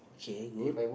okay good